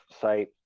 site